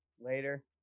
later